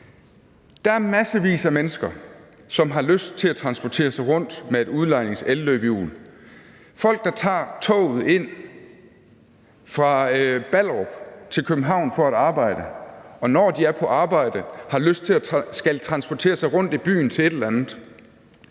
Der er massevis af mennesker, som har lyst til at transportere sig rundt med et udlejningselløbehjul. Folk, der tager toget ind fra Ballerup til København for at arbejde, og som, når de er på arbejde, skal transportere sig rundt i byen til et eller andet,